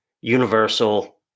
Universal